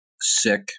sick